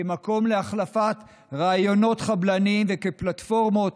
כמקום להחלפת רעיונות חבלניים וכפלטפורמות